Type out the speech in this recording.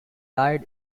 died